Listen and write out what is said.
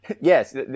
Yes